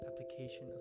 application